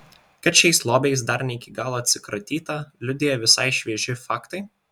kad šiais lobiais dar ne iki galo atsikratyta liudija visai švieži faktai